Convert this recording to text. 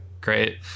Great